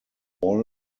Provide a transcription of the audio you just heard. all